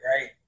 right